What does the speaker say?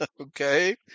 Okay